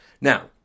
now